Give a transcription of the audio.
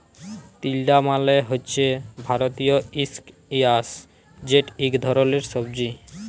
তিলডা মালে হছে ভারতীয় ইস্কয়াশ যেট ইক ধরলের সবজি